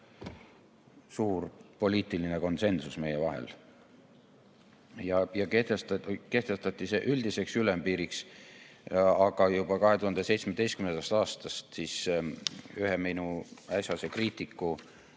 suur poliitiline konsensus meie vahel. See kehtestati üldiseks ülempiiriks. Aga juba 2017. aastast, ühe minu äsjase kriitiku